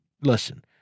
listen